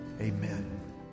Amen